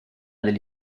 degli